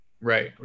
Right